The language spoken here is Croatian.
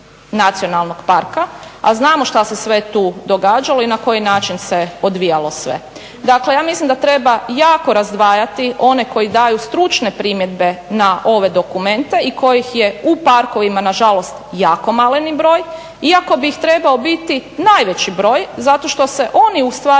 a znamo šta se sve tu događalo i na koji način se odvijalo sve. Dakle, ja mislim da treba jako razdvajati one koji daju stručne primjedbe na ove dokumente i kojih u parkovima nažalost jako maleni broj, iako bih ih trebao biti najveći broj zato što se oni ustvari